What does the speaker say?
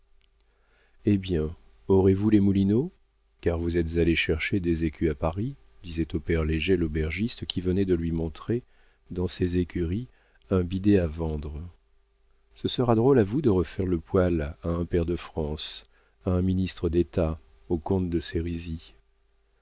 eh bien aurez-vous les moulineaux car vous êtes allé chercher des écus à paris disait au père léger l'aubergiste qui venait de lui montrer dans ses écuries un bidet à vendre ce sera drôle à vous de refaire le poil à un pair de france à un ministre d'état au comte de